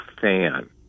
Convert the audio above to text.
fan